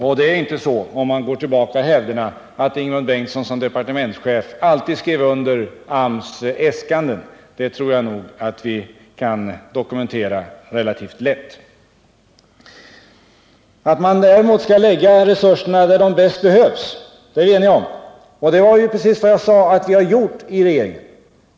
Och det är inte så, om man går tillbaka i hävderna, att Ingemund Bengtsson som departementschef alltid skrev under på AMS äskanden. Det tror jag vi kan dokumentera relativt lätt. Att man däremot skall lägga resurserna där de bäst behövs är vi eniga om, och det var ju precis vad jag sade att vi har gjort i regeringen.